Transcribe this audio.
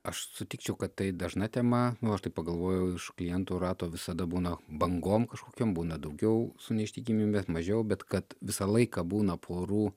aš sutikčiau kad tai dažna tema nu aš taip pagalvojau iš klientų rato visada būna bangom kažkokiom būna daugiau su neištikimybe mažiau bet kad visą laiką būna porų